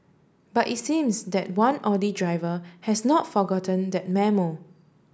but it seems that one Audi driver has not forgotten that memo